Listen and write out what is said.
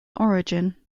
origin